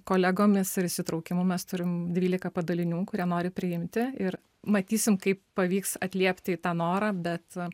kolegomis ir įsitraukimu mes turim dvylika padalinių kurie nori priimti ir matysim kaip pavyks atliepti į tą norą bet